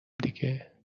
دیگه